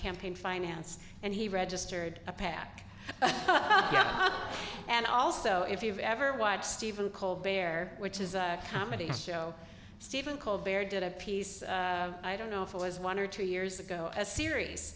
campaign finance and he registered a pac and also if you've ever watched stephen call bear which is a comedy show stephen called bear did a piece i don't know if it was one or two years ago a series